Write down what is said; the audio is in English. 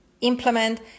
implement